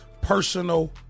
personal